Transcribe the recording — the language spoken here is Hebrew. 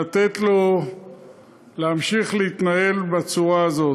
הראשית ולתת לו להמשיך להתנהל בצורה הזאת.